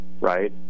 right